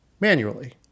manually